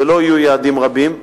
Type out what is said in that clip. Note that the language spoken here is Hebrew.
ולא יהיו יעדים רבים,